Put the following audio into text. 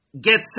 get